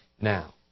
now